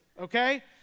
okay